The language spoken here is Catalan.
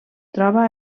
troba